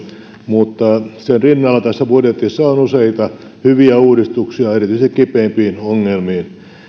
mutta sen rinnalla tässä budjetissa on useita hyviä uudistuksia erityisesti kipeimpiin ongelmiin